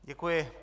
Děkuji.